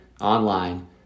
online